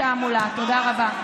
תודה רבה.